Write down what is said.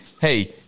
Hey